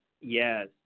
Yes